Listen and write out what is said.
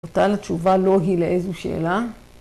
‫תודה על התשובה, לא היא לאיזו שאלה.